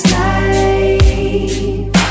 life